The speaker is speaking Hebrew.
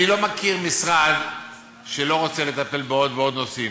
אני לא מכיר משרד שלא רוצה לטפל בעוד ועוד נושאים,